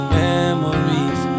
memories